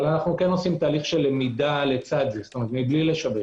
אבל כן עושים תהליך של למידה לצד זה, מבלי לשבש.